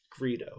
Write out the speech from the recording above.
Greedo